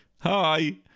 hi